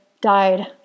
died